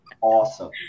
awesome